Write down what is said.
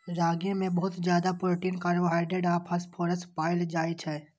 रागी मे बहुत ज्यादा प्रोटीन, कार्बोहाइड्रेट आ फास्फोरस पाएल जाइ छै